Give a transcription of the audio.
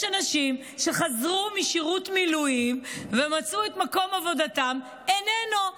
יש אנשים שחזרו משירות מילואים ומצאו שמקום עבודתם איננו,